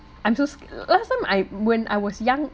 I'm so s~ last time I when I was young